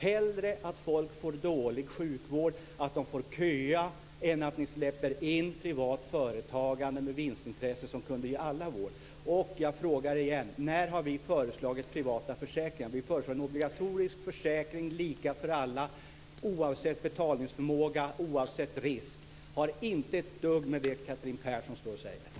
Hellre får folk tydligen dålig sjukvård och får köa än att ni släpper in privat företagande med vinstintresse som kunde ge alla vård. Jag frågar igen: När har vi föreslagit privata försäkringar? Vad vi föreslår är en obligatorisk försäkring, lika för alla - oavsett betalningsförmåga och risk. Detta har inte ett dugg att göra med det som Catherine Persson här säger.